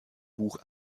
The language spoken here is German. buch